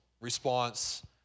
response